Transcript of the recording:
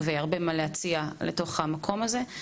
בתחום ויש להם הרבה מה להציע לתוך המקום הזה,